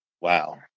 wow